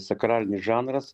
sakralinis žanras